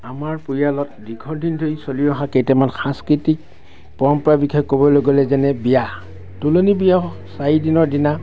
আমাৰ পৰিয়ালত দীৰ্ঘদিন ধৰি চলি অহা কেইটামান সাংস্কৃতিক পৰম্পৰাৰ বিষয়ে ক'বলৈ গ'লে যেনে বিয়া তুলনী বিয়া চাৰিদিনৰ দিনা